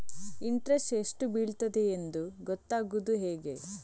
Interest ಎಷ್ಟು ಬೀಳ್ತದೆಯೆಂದು ಗೊತ್ತಾಗೂದು ಹೇಗೆ?